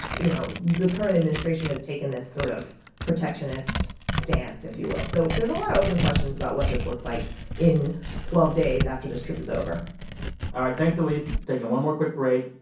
you know, the current administration taken this sort of protectionist stance, if you will. so there's a lot of open questions about what this looks like in twelve days, after this trip is over all right. thanks, elise. taking one more quick break.